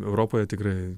europoje tikrai